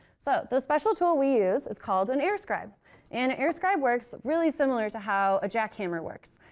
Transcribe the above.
so those special tool we use is called an air scribe, and an air scribe works really similar to how a jack hammer works.